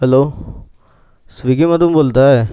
hello स्विगीमधून बोलत आहे